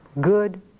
good